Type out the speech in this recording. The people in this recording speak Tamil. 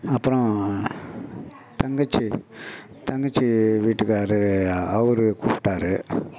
அப்புறம் தங்கச்சி தங்கச்சி வீட்டுக்காரர் அவரு கூப்பிட்டாரு